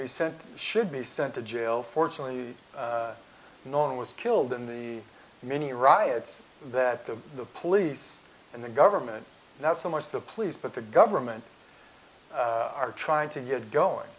be sent should be sent to jail fortunately no one was killed in the many riots that the police and the government not so much the pleas but the government are trying to get going